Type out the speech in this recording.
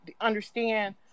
understand